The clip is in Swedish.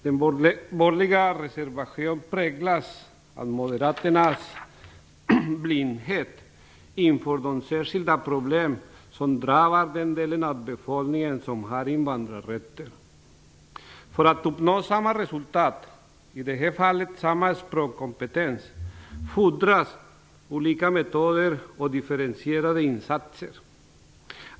Den borgerliga reservationen präglas av moderaternas blindhet inför de särskilda problem som drabbar den del av befolkningen som har invandrarrötter. För att uppnå samma resultat - i det här fallet samma språkkompetens - fordras olika metoder och differentierade insatser.